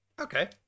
okay